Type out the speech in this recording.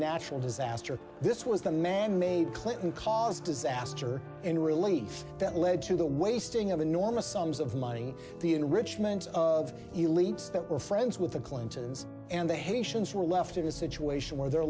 natural disaster this was the manmade clinton caused disaster in relief that led to the wasting of enormous sums of money the enrichment of elites that were friends with the clintons and the haitians were left in a situation where the